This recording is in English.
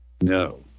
No